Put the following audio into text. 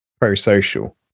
pro-social